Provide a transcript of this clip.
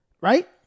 Right